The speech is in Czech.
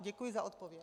Děkuji za odpověď.